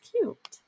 cute